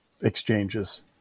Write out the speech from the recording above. exchanges